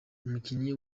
umukinnyi